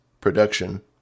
production